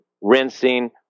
rinsing